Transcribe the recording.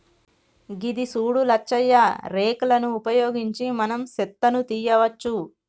గిది సూడు లచ్చయ్య రేక్ లను ఉపయోగించి మనం సెత్తను తీయవచ్చు